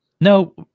No